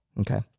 Okay